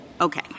Okay